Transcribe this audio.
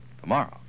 tomorrow